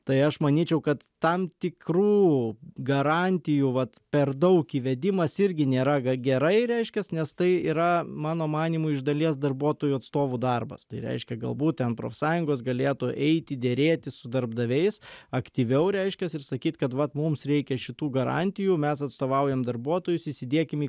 tai aš manyčiau kad tam tikrų garantijų vat per daug įvedimas irgi nėra gerai reiškias nes tai yra mano manymu iš dalies darbuotojų atstovų darbas tai reiškia galbūt ten profsąjungos galėtų eiti derėtis su darbdaviais aktyviau reiškias ir sakyt kad vat mums reikia šitų garantijų mes atstovaujam darbuotojus įsidėkim į